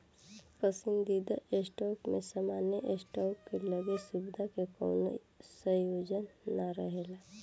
पसंदीदा स्टॉक में सामान्य स्टॉक के लगे सुविधा के कवनो संयोजन ना रहेला